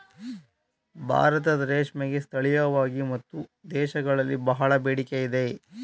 ಭಾರತದ ರೇಷ್ಮೆಗೆ ಸ್ಥಳೀಯವಾಗಿ ಮತ್ತು ದೇಶಗಳಲ್ಲಿ ಬಹಳ ಬೇಡಿಕೆ ಇದೆ